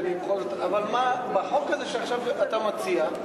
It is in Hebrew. אבל בחוק הזה שעכשיו אתה מציע,